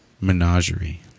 Menagerie